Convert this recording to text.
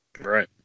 Right